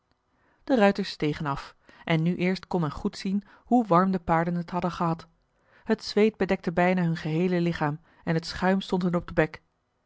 de ruiters stegen af en nu eerst kon men goed zien hoe warm de paarden het hadden gehad het zweet bedekte bijna hun geheele lichaam en het schuim stond hun op den bek